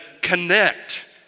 connect